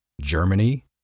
Germany